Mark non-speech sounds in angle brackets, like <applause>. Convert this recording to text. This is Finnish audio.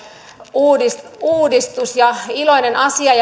uudistus uudistus ja iloinen asia <unintelligible>